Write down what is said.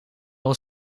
bol